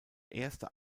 erste